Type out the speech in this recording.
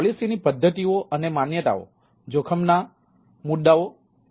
policy ની પદ્ધતિઓ અને માન્યતાઓ જોખમોના મુદ્દાઓ છે